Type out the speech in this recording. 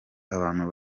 abantu